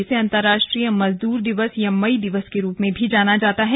इसे अंतर्राष्ट्रीय मजदूर दिवस या मई दिवस के रूप में भी जाना जाता है